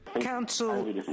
council